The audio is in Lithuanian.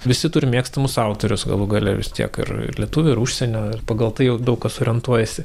visi turi mėgstamus autorius galų gale vis tiek ir ir lietuvių ir užsienio ir pagal tai daug kas orientuojasi